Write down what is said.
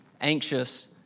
anxious